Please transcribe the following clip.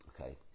Okay